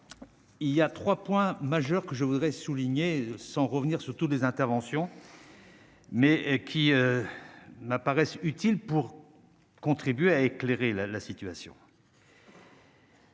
Il y a 3 points majeurs que je voudrais souligner, sans revenir sur surtout des interventions. Mais qui n'apparaissent utiles pour contribuer à éclairer la la situation.